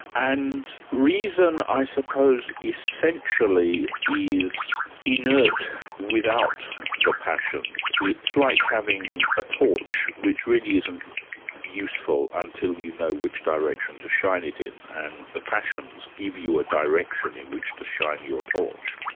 and reason i suppose essentially is inert without the passions. it's like having a torch which really isn't useful until you know which direction to shine it in and the passions give you a direction in which to shine your torch.